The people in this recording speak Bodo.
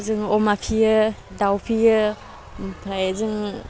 जोङो अमा फिसियो दाउ फिसियो ओमफ्राय जों